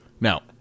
Now